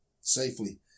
Safely